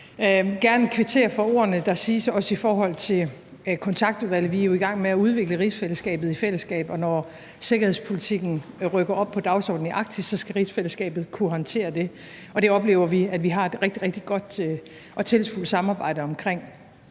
Jeg vil gerne kvittere for ordene, der siges, også i forhold til Kontaktudvalget. Vi er jo i gang med at udvikle rigsfællesskabet i fællesskab, og når sikkerhedspolitikken rykker op på dagsordenen i Arktis, skal rigsfællesskabet kunne håndtere det, og det oplever vi at vi har et rigtig, rigtig godt og tillidsfuldt samarbejde omkring.